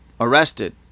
arrested